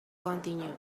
continued